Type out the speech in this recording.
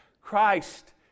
Christ